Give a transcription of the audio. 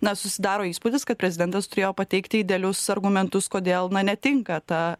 na susidaro įspūdis kad prezidentas turėjo pateikti idealius argumentus kodėl na netinka ta